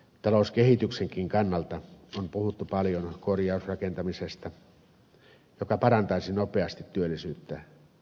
talouskehityksenkin kannalta on puhuttu paljon korjausrakentamisesta joka parantaisi nopeasti työllisyyttä